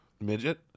Midget